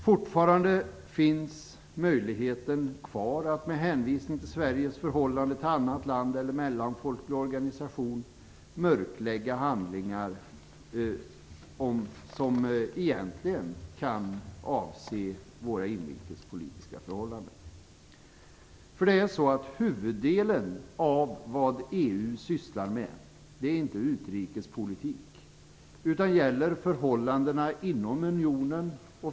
Fortfarande finns möjligheten kvar att med hänvisning till Sveriges förhållande till annat land eller mellanfolklig organisation mörklägga handlingar som egentligen kan avse våra inrikespolitiska förhållanden. Huvuddelen av vad EU sysslar med är inte utrikespolitik, utan gäller förhållandena inom unionen.